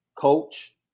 coach